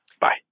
Bye